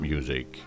Music